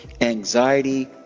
anxiety